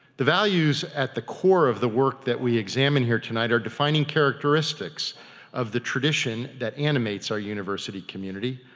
the values at the core of the work that we examine here tonight are defining characteristics of the tradition that animates our university community,